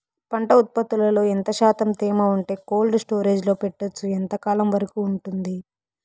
పంట ఉత్పత్తులలో ఎంత శాతం తేమ ఉంటే కోల్డ్ స్టోరేజ్ లో పెట్టొచ్చు? ఎంతకాలం వరకు ఉంటుంది